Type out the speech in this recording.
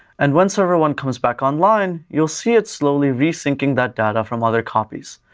and when server one comes back online, you'll see it slowly re-syncing that data from other copies.